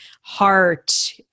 heart